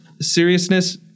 seriousness